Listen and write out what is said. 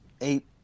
eight